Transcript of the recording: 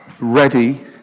ready